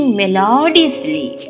melodiously